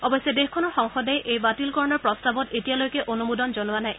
অৱশ্যে দেশখনৰ সংসদে এই বাতিলকৰণৰ প্ৰস্তাৱত এতিয়ালৈকে অনুমোদন জনোৱা নাই